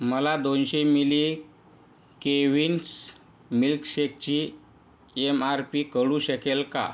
मला दोनशे मिली केव्हिन्स मिल्कशेकची एम आर पी कळू शकेल का